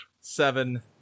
seven